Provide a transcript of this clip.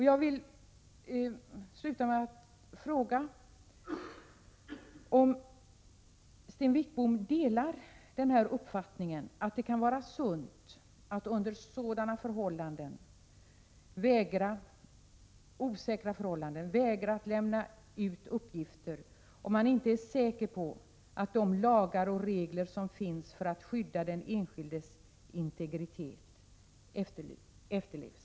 Jag vill sluta med att fråga om Sten Wickbom delar uppfattningen att det kan vara sunt att vägra att lämna ut uppgifter, om man inte är säker på att de lagar och regler som finns för att skydda den enskildes integritet efterlevs.